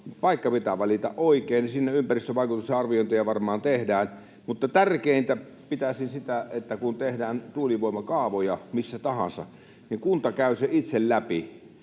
Paikka pitää valita oikein, ja sinne ympäristövaikutusten arviointeja varmaan tehdään, mutta tärkeimpänä pitäisin sitä, että kun tehdään tuulivoimakaavoja missä tahansa, niin kunta käy sen itse läpi.